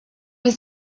was